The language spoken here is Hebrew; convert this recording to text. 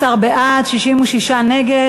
13 בעד, 66 נגד.